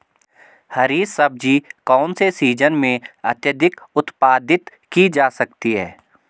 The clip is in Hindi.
हरी सब्जी कौन से सीजन में अत्यधिक उत्पादित की जा सकती है?